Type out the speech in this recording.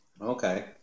Okay